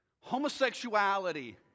homosexuality